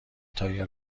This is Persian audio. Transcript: تایر